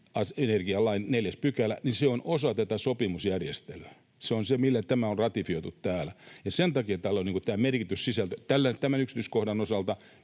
ydinenergialain 4 § on osa tätä sopimusjärjestelyä. Se on se, millä tämä on ratifioitu täällä. Sen takia tällä on tämä merkityssisältö tämän yksityiskohdan osalta,